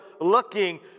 looking